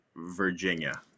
Virginia